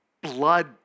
blood